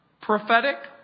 prophetic